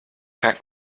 pack